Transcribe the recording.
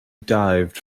dived